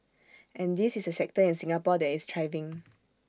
and this is A sector in Singapore that is thriving